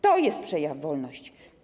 To jest przejaw wolności.